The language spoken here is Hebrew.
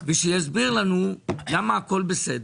כדי שיסביר לנו למה הכול בסדר.